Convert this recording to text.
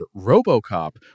RoboCop